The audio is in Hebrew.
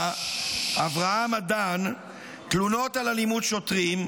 אברהם אדן תלונות על אלימות שוטרים,